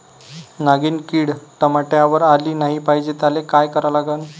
नागिन किड टमाट्यावर आली नाही पाहिजे त्याले काय करा लागन?